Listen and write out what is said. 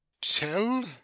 Tell